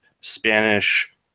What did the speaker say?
Spanish